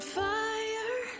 fire